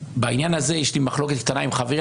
בעניין הזה יש לי מחלוקת קטנה עם חברי,